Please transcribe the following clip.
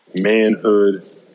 manhood